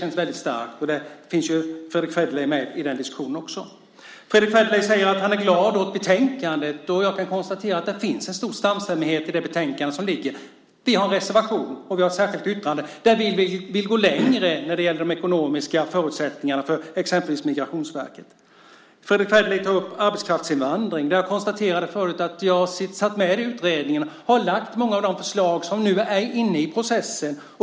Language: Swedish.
I den diskussionen finns ju Fredrick Federley också med. Fredrick Federley säger att han är glad åt betänkandet. Jag kan konstatera att det finns en stor samstämmighet i det betänkande som ligger. Vi har en reservation och ett särskilt yttrande där vi vill gå längre när det gäller de ekonomiska förutsättningarna för exempelvis Migrationsverket. Fredrick Federley tar upp arbetskraftsinvandring. Jag konstaterade förut att jag satt med i utredningen och har lagt fram många av de förslag som nu är inne i processen.